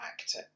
actor